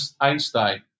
Einstein